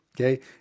okay